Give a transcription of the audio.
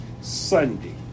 Sunday